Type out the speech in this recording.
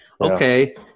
okay